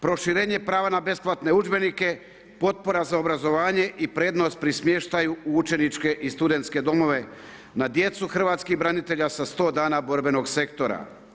Proširenje prava na besplatne udžbenike, potpora za obrazovanje i prednost pri smještaju u učeničke i studentske domove na djecu hrvatskih branitelja sa sto dana borbenog sektora.